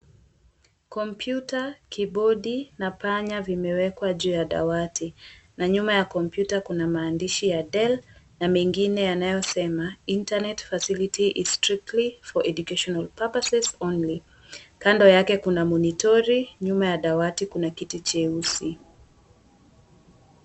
computer , kibodi na panya vimewekwa juu ya dawati na nyuma ya computer kuna maandishi ya Dell na mengine yanayo sema, Internet Facility Is Strictly For Educational Purposes Only. Kando yake kuna monitori, nyuma ya dawati kuna kiti cheusi.